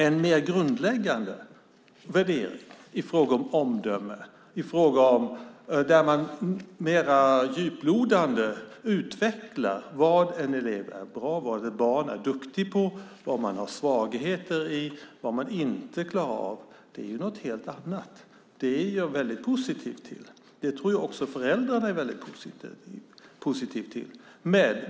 En mer grundläggande värdering i fråga om omdöme, där man mer djuplodande utvecklar vad en elev är duktig i, har sina svagheter i eller inte klarar av, är något helt annat. Det är jag positiv till, och det tror jag också föräldrarna är positiva till.